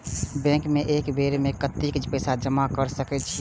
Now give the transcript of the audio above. Bank में एक बेर में कतेक पैसा जमा कर सके छीये?